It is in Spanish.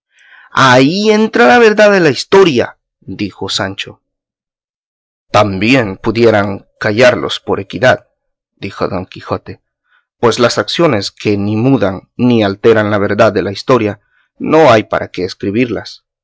ahí entra la verdad de la historia dijo sancho también pudieran callarlos por equidad dijo don quijote pues las acciones que ni mudan ni alteran la verdad de la historia no hay para qué escribirlas